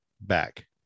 back